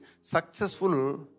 successful